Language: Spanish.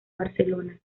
barcelona